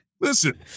Listen